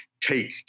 take